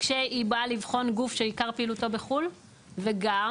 כשהיא באה לבחון גוף שעיקר פעילותו בחו"ל; וגם,